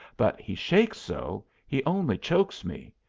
but he shakes so, he only chokes me.